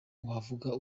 wavuga